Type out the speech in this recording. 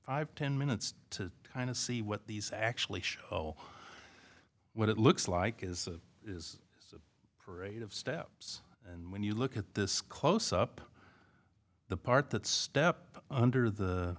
five ten minutes to kind of see what these actually show what it looks like is is a parade of steps and when you look at this close up the part that step under the